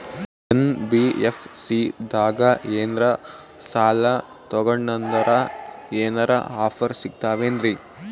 NBFC ದಾಗ ಏನ್ರ ಸಾಲ ತೊಗೊಂಡ್ನಂದರ ಏನರ ಆಫರ್ ಸಿಗ್ತಾವೇನ್ರಿ?